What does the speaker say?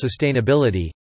sustainability